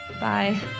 Bye